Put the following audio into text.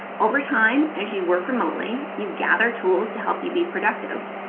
over time, as you work remotely, you gather tools to help you be productive.